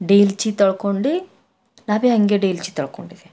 ದೇಲ್ಚಿ ತೊಳ್ಕೊಂಡು ನಾವು ಹಾಗೆ ದೇಲ್ಚಿ ತೊಳ್ಕೊಂಡಿದ್ದೀವಿ